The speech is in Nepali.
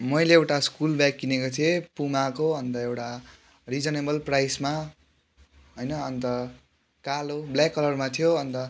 मैले एउटा स्कुल ब्याग किनेको थिएँ पुमाको अन्त एउटा रिजनेबल प्राइजमा होइन अन्त कालो ब्ल्याक कलरमा थियो अन्त